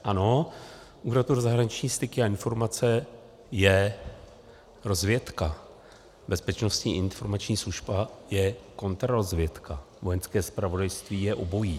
Ano, Úřad pro zahraniční styky a informace je rozvědka, Bezpečnostní a informační služba je kontrarozvědka, Vojenské zpravodajství je obojí.